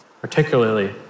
particularly